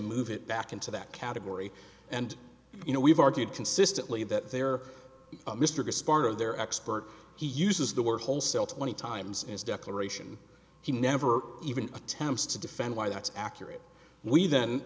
move it back into that category and you know we've argued consistently that there mr gasparo their expert he uses the word wholesale twenty times is declaration he never even attempts to defend why that's accurate we then